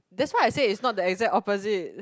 that's why I say it's not the exact opposite